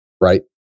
right